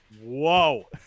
whoa